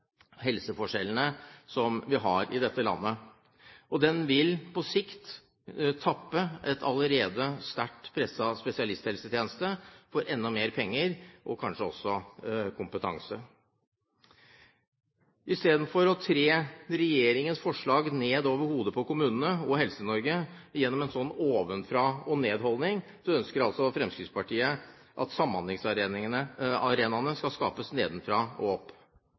helseforskjellene som vi har i dette landet. Og det vil på sikt tappe en allerede sterkt presset spesialisthelsetjeneste for enda mer penger og kanskje også for kompetanse. Istedenfor å træ regjeringens forslag ned over hodet på Kommune- og Helse-Norge gjennom en ovenfra-og-ned-holdning, ønsker altså Fremskrittspartiet at samhandlingsarenaene skal skapes nedenfra og opp,